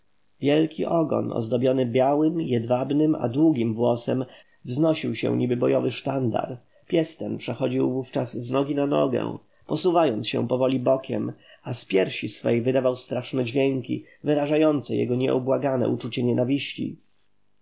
wielki ogon ozdobiony białym jedwabnym a długim włosem wznosił się niby bojowy sztandar pies ten przechodził wówczas z nogi na nogę posuwając się powoli bokiem a z piersi swej wydawał straszne dźwięki wyrażające jego nieubłagane uczucie nienawiści